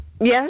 Yes